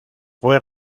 fue